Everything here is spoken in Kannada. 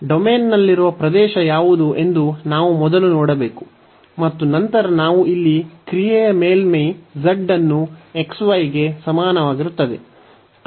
ಡೊಮೇನ್ನಲ್ಲಿರುವ ಪ್ರದೇಶ ಯಾವುದು ಎಂದು ನಾವು ಮೊದಲು ನೋಡಬೇಕು ಮತ್ತು ನಂತರ ನಾವು ಇಲ್ಲಿ ಕ್ರಿಯೆಯ ಮೇಲ್ಮೈ z ಅನ್ನು xy ಗೆ ಸಮಾನವಾಗಿರುತ್ತದೆ